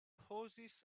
hoses